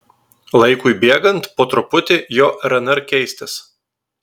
laikui bėgant po truputį jo rnr keistis